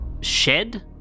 shed